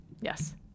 yes